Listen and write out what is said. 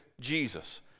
Jesus